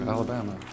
Alabama